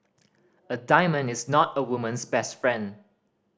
a diamond is not a woman's best friend